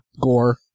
gore